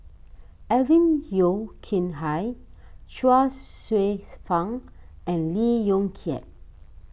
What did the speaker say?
Alvin Yeo Khirn Hai Chuang Hsueh Fang and Lee Yong Kiat